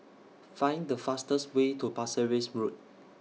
Find The fastest Way to Pasir Ris Road